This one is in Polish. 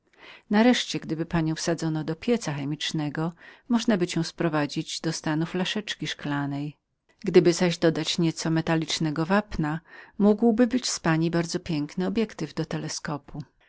nareszcie gdyby panią wsadzono do pieca chemicznego możnaby cię sprowadzić do stanu flaszeczki szklannej gdyby zaś dodano do ciebie metalicznego wapna otrzymalibyśmy w wypadku piękny materyał do teleskopu